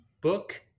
book